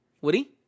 Woody